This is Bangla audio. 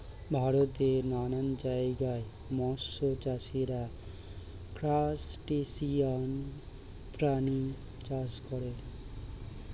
ভারতের নানান জায়গায় মৎস্য চাষীরা ক্রাসটেসিয়ান প্রাণী চাষ করে